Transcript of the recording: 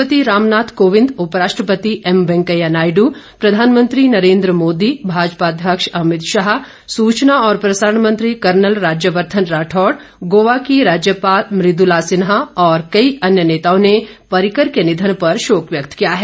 राष्ट्रपति रामनाथ कोविंद उपराष्ट्रपति एम वेंकैया नायड् प्रधानमंत्री नरेन्द्र मोदी भाजपा अध्यक्ष अमित शाह सूचना और प्रसारण मंत्री कर्नल राज्यवर्धन राठौड़ गोवा की राज्यपाल मृदुला सिन्हा और कई अन्य नेताओं ने पर्रिकर के निधन पर शोक व्यक्त किया है